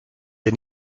der